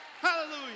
Hallelujah